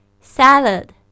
Salad